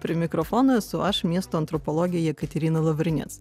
prie mikrofono esu aš miesto antropologė jekaterina lavrinec